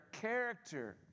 character